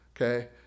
okay